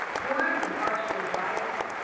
warmed and partially dried them,